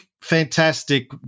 fantastic